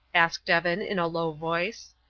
asked evan, in a low voice.